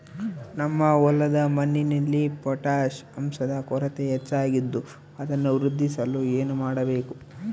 ನಮ್ಮ ಹೊಲದ ಮಣ್ಣಿನಲ್ಲಿ ಪೊಟ್ಯಾಷ್ ಅಂಶದ ಕೊರತೆ ಹೆಚ್ಚಾಗಿದ್ದು ಅದನ್ನು ವೃದ್ಧಿಸಲು ಏನು ಮಾಡಬೇಕು?